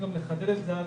אבל אנחנו מבחינתנו